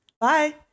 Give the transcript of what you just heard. Bye